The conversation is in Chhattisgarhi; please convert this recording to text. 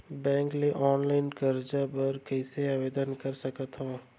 बैंक ले ऑनलाइन करजा बर कइसे आवेदन कर सकथन?